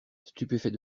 stupéfait